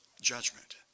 judgment